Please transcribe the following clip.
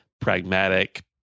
pragmatic